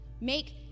Make